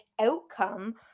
outcome